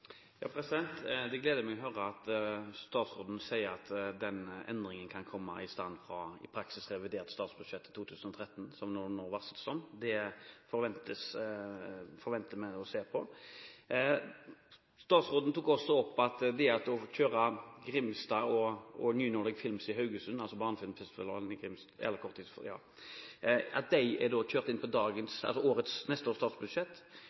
Det gleder meg å høre at statsråden sier at den endringen kan komme i stand fra i praksis revidert statsbudsjett i 2013, som det nå varsles om. Det forventer vi å se. Statsråden tok også opp at det at Kortfilmfestivalen i Grimstad og New Nordic Films i Haugesund er kjørt inn på neste års statsbudsjett, bidrar til at det blir mer midler til de